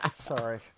sorry